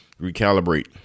Recalibrate